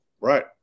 Right